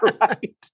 right